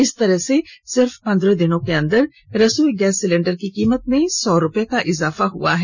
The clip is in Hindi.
इस तरह से पन्द्रह दिनों के अंदर रसोई गैस सिलिण्डर की कीमत में सौ रूपये का इजाफा हो गया है